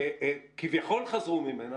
וכביכול חזרו ממנה,